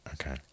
Okay